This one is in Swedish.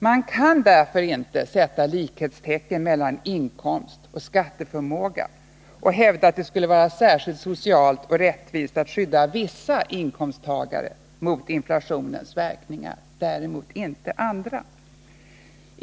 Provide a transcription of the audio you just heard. Man kan därför inte sätta likhetstecken mellan inkomst och skatteförmåga och hävda att det skulle vara särskilt socialt och rättvist att skydda vissa inkomsttagare mot inflationens verkningar, däremot inte andra.